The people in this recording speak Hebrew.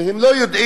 והם לא יודעים,